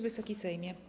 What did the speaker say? Wysoki Sejmie!